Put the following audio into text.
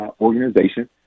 organization